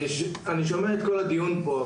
אני שומע את כל הדיון פה,